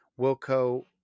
Wilco